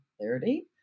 clarity